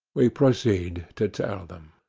we proceed to tell them.